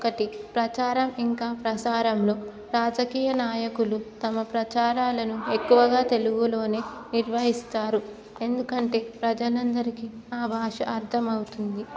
ఒకటి ప్రచారం ఇంకా ప్రసారంలో రాజకీయ నాయకులు తమ ప్రచారాలను ఎక్కువగా తెలుగులోనే నిర్వహిస్తారు ఎందుకంటే ప్రజలందరికి ఆ భాష అర్థమవుతుంది